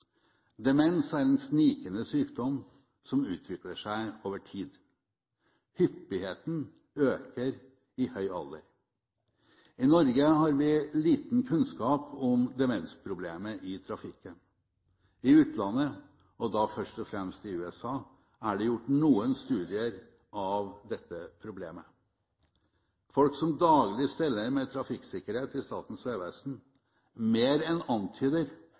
Demens er en snikende sykdom som utvikler seg over tid. Hyppigheten øker i høy alder. I Norge har vi liten kunnskap om demensproblemet i trafikken. I utlandet, og da først og fremst i USA, er det gjort noen studier av dette problemet. Folk som daglig steller med trafikksikkerhet i Statens vegvesen mer enn antyder